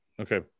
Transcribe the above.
Okay